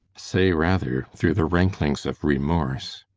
say, rather through the ranklings of remorse.